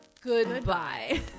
Goodbye